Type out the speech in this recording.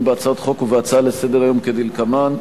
בהצעות חוק ובהצעה לסדר-היום כדלקמן,